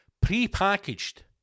pre-packaged